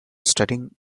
studying